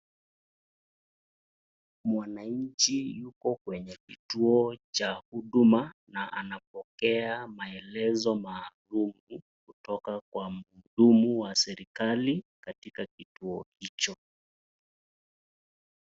Mwananchi yuko kwenye kituo cha huduma na anapokea maalum kutoka kwa mhudumu wa serekali katika kituo hicho.